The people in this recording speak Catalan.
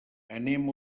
anem